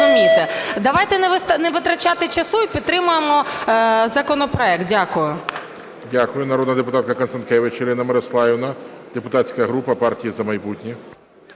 Давайте не витрачати часу і підтримаємо законопроект. Дякую. ГОЛОВУЮЧИЙ. Дякую. Народний депутат Констанкевич Ірина Мирославівна, депутатська група "Партія "За майбутнє"